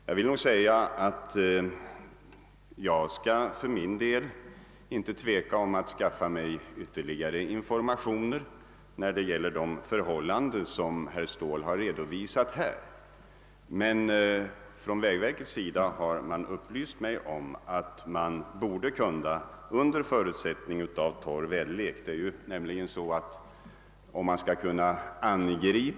Jag vill tillägga att jag inte skall tveka att skaffa mig ytterligare informationer vad gäller de förhållanden herr Ståhl nu redovisat. Men vägverket har upplyst mig om att det, under förutsättning av torr väderlek, borde vara möjligt att klara saken under denna vecka.